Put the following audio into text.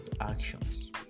actions